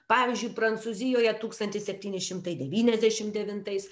pavyzdžiui prancūzijoje tūkstantis septyni šimtai devyniasdešim devintais